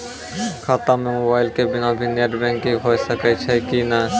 खाता म मोबाइल के बिना भी नेट बैंकिग होय सकैय छै कि नै?